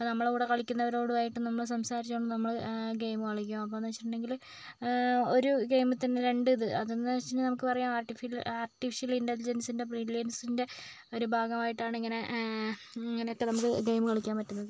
ഇപ്പം നമ്മളുടെ കളിക്കുന്നവരുമായിട്ട് നമ്മൾ സംസാരിച്ച് കൊണ്ട് നമ്മൾ ഗെയിം കളിക്കും അപ്പോഴെന്ന് വെച്ചിട്ടുണ്ടെങ്കിൽ ഒരു ഗെയിമിൽ തന്നെ രണ്ട് ഇത് അതെന്ന് വെച്ച് കഴിഞ്ഞാൽ നമുക്ക് പറയാം ആർട്ടിഫിൽ ആർട്ടിഫിഷ്യൽ ഇൻറ്റലിജൻസിൻ്റെ ബ്രില്ലിയൻസിൻ്റെ ഒരു ഭാഗമായിട്ടാണ് ഇങ്ങനെ ഇങ്ങനെയൊക്കെ നമുക്ക് ഗെയിം കളിക്കാൻ പറ്റുന്നത്